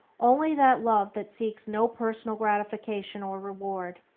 only that love that seeks no personal gratification or reward,